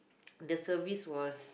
the service was